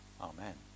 Amen